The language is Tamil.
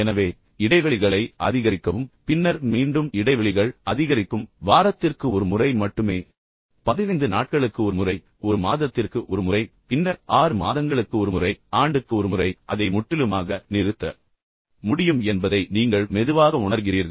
எனவே இடைவெளிகளை அதிகரிக்கவும் பின்னர் மீண்டும் இடைவெளிகள் அதிகரிக்கும் வாரத்திற்கு ஒரு முறை மட்டுமே 15 நாட்களுக்கு ஒரு முறை ஒரு மாதத்திற்கு ஒரு முறை பின்னர் 6 மாதங்களுக்கு ஒரு முறை ஆண்டுக்கு ஒரு முறை பின்னர் அதை முற்றிலுமாக நிறுத்த முடியும் என்பதை நீங்கள் மெதுவாக உணர்கிறீர்கள்